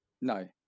No